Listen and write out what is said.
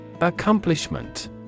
accomplishment